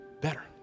better